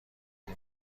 این